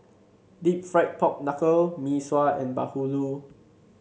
deep fried Pork Knuckle Mee Sua and bahulu